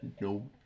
no